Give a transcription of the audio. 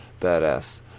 Badass